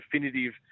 definitive